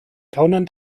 gaunern